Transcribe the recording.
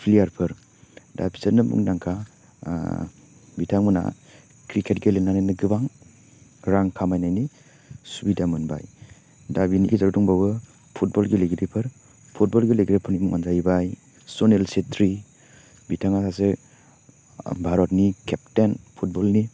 प्लेयारफोर दा फिसोदनो मुंदांखा बिथांमोनहा क्रिकेट गेलेनानैनो गोबां रां खामायनायनि सुबिदा मोनबाय दा बिनि गेजेराव दंबावो फुटबल गेलेगिरिफोर फुटबल गेनेगिफोरनि मुङानो जाहैबाय सुनील शेट्ट्री बिथाङा सासे भारतनि केपटेइन फुटबलनि